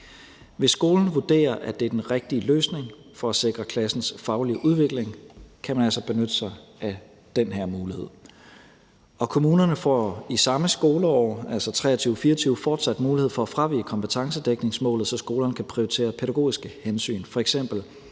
Hvis skolen vurderer, at det er den rigtige løsning for at sikre klassens faglige udvikling, kan man altså benytte sig af den her mulighed. Kommunerne får i samme skoleår, altså 2023/24, fortsat mulighed for at fravige kompetencedækningsmålet, så skolerne kan prioritere pædagogiske hensyn, f.eks.